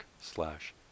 slash